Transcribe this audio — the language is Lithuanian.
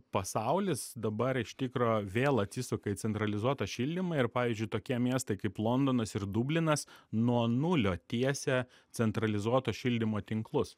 pasaulis dabar iš tikro vėl atsisuka į centralizuotą šildymą ir pavyzdžiui tokie miestai kaip londonas ir dublinas nuo nulio tiesia centralizuoto šildymo tinklus